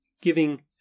Giving